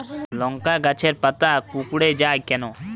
লংকা গাছের পাতা কুকড়ে যায় কেনো?